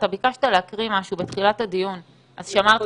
אתה ביקשת להקריא משהו בתחילת הדיון אז שמרתי